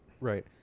Right